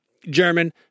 German